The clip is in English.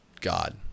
God